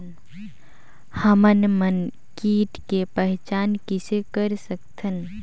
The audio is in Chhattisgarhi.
हमन मन कीट के पहचान किसे कर सकथन?